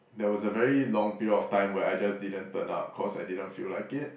there was a very long period of time where I just didn't turn up cause I didn't feel like it